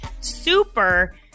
super